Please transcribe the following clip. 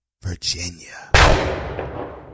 Virginia